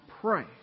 pray